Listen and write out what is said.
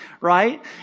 right